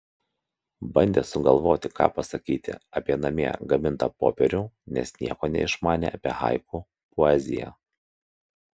bandė sugalvoti ką pasakyti apie namie gamintą popierių nes nieko neišmanė apie haiku poeziją